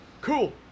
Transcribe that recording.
cool